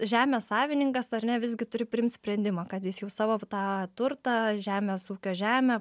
žemės savininkas ar ne visgi turi priimt sprendimą kad jis jau savo tą turtą žemės ūkio žemę